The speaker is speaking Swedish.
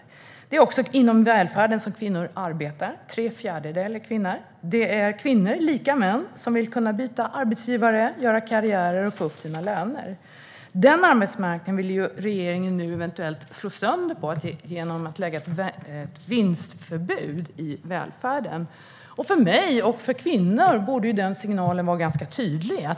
Tre fjärdedelar av dem som arbetar inom välfärden är kvinnor. Det är kvinnor som, likt män, vill kunna byta arbetsgivare, göra karriär och få upp sina löner. Den arbetsmarknaden vill regeringen nu eventuellt slå sönder genom ett vinstförbud i välfärden. För mig och andra kvinnor borde den signalen vara ganska tydlig.